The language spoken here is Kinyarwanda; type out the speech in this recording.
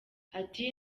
ati